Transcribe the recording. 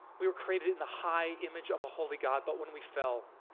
we were created in the high image of a holy god but when we fell,